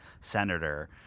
senator